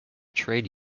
trade